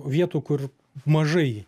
vietų kur mažai